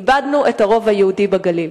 איבדנו את הרוב היהודי בגליל.